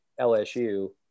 LSU